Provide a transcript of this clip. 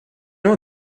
know